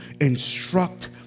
instruct